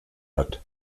hat